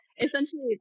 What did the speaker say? essentially